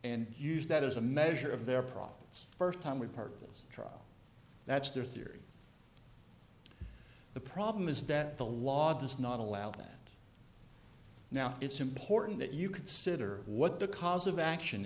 and use that as a measure of their profits first time we've heard this trial that's their theory the problem is that the law does not allow that now it's important that you consider what the cause of action